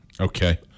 Okay